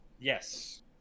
Yes